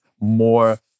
more